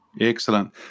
Excellent